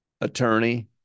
attorney